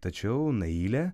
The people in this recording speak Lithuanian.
tačiau nailė